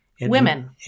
women